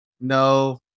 No